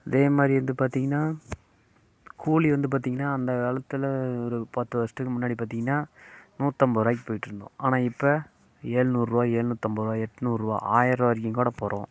இதே மாதிரி வந்து பார்த்தீங்கன்னா கூலி வந்து பார்த்தீங்கன்னா அந்த காலத்தில் ஒரு பத்து வருஷத்துக்கு முன்னாடி பார்த்தீங்கன்னா நூற்றம்பது ருபாய்க்கு போய்கிட்ருந்தோம் ஆனால் இப்போ ஏழ்நூறுருவா ஏழ்நூற்றம்பது ருபா எட்நூறுருவா ஆயிரம் ரூபா வரைக்கும் கூட போகிறோம்